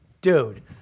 dude